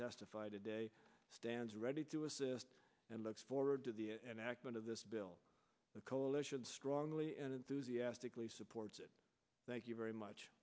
testify today stands ready to assist and looks forward to the enactment of this bill the coalition strongly and enthusiastically supports it thank you very much